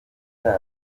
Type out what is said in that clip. mato